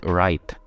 right